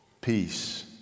peace